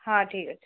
ହଁ ଠିକ୍ ଅଛି